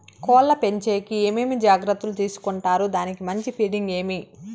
కోళ్ల పెంచేకి ఏమేమి జాగ్రత్తలు తీసుకొంటారు? దానికి మంచి ఫీడింగ్ ఏమి?